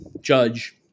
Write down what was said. judge